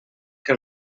que